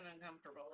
uncomfortable